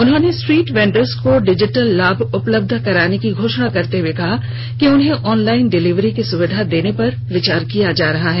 उन्होंने street vendors को digital लाभ उपलब्ध कराने की घोषणा करते हुए कहा कि उन्हें ऑनलाइन डिलीवरी की सुविधा देने पर विचार किया जा रहा है